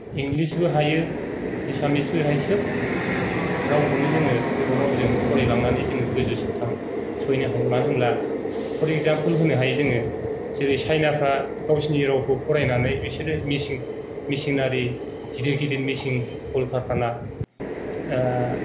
इंलिसबो हायो एसामिसबो हायो सोब रावखौनो जोङो बर'रावजों फरायलांनानै जोङो गोजौसिम थां सहोयनो हायो मानो होनोब्ला फर एक्जामफोल होनो हायो जोङो जेरै चाइनाफ्रा गावसिनि रावखौ फरायनानै बिसोरो मेसिन मेसिनारि गिदिर गिदिर मेसिन खल कारखाना